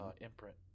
imprint